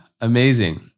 Amazing